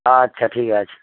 আচ্ছা ঠিক আছে